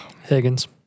Higgins